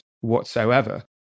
whatsoever